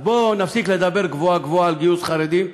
אז בואו נפסיק לדבר גבוהה-גבוהה על גיוס חרדים,